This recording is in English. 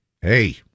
Hey